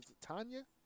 Tanya